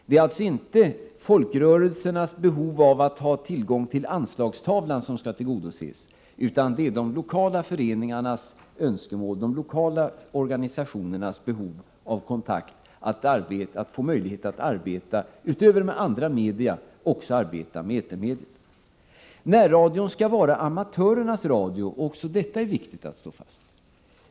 Det är alltså inte folkrörelsernas behov av att ha tillgång till anslagstavlan som skall tillgodoses utan de lokala föreningarnas och organisationernas behov av kontakt, deras behov av att — utöver med andra media — också arbeta med etermedia. Närradio skall vara amatörernas radio också. Detta är viktigt att slå fast.